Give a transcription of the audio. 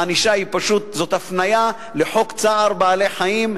הענישה זו פשוט הפניה לחוק צער בעלי-חיים,